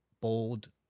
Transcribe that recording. bold